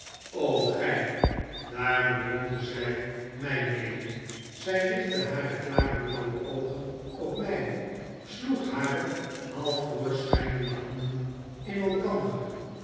gij daar bedoelde zy my mede zy richtte hare klare blauwe oogen op my sloeg hare half doorschynende handen in elkander